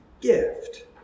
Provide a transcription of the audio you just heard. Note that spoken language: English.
gift